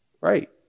right